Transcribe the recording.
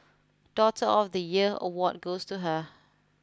daughter of the year award goes to her